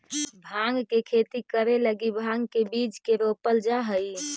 भाँग के खेती करे लगी भाँग के बीज के रोपल जा हई